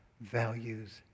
values